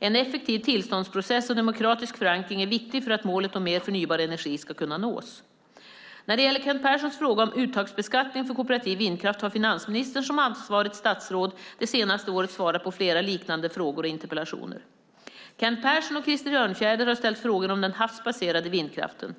En effektiv tillståndsprocess och demokratisk förankring är viktiga för att målet om mer förnybar energi ska kunna nås. När det gäller Kent Perssons fråga om uttagsbeskattningen för kooperativ vindkraft har finansministern, som ansvarigt statsråd, det senaste året svarat på flera liknande frågor och interpellationer . Kent Persson och Krister Örnfjäder har ställt frågor om den havsbaserade vindkraften.